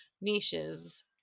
niches